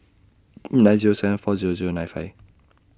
nine Zero seven four Zero Zero nine five